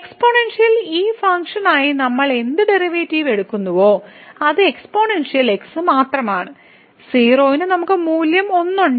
exponential ഈ ഫംഗ്ഷനായി നമ്മൾ എന്ത് ഡെറിവേറ്റീവ് എടുക്കുന്നുവോ അത് എക്സ്പോണൻഷ്യൽ x മാത്രമാണ് 0 ന് നമുക്ക് മൂല്യം 1 ഉണ്ട്